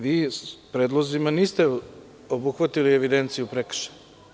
Vi s predlozima niste obuhvatili evidenciju prekršaja.